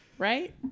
right